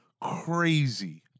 crazy